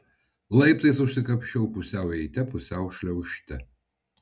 laiptais užsikapsčiau pusiau eite pusiau šliaužte